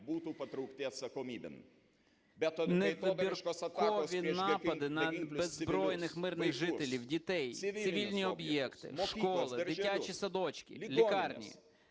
Не вибіркові напади на беззбройних мирних жителів, дітей, цивільні об'єкти, школи, дитячі садочки, лікарні